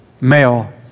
male